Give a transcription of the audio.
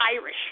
Irish